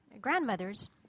grandmothers